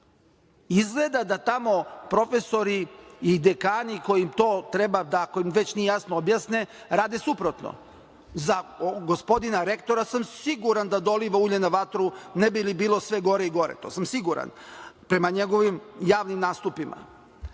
Izgleda da tamo profesori i dekani koji to treba da ako im već nije jasno objasne rade suprotno. Za gospodina rektora sam siguran da doliva ulje na vatru ne bi li bilo sve gore i gore. To sam siguran, prema njegovim javnim nastupima.